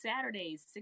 Saturdays